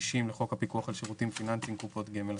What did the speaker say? ו-60 לחוק הפיקוח על שירותים פיננסיים (קופות גמל),